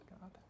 God